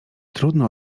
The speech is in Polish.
trudno